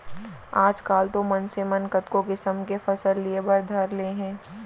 आजकाल तो मनसे मन कतको किसम के फसल लिये बर धर ले हें